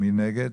מי נגד?